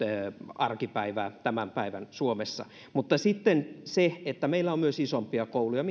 arkipäivää tämän päivän suomessa mutta sitten mihin valiokunnan puheenjohtaja kiinnitti huomion meillä on myös isompia kouluja